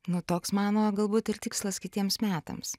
nu toks mano galbūt ir tikslas kitiems metams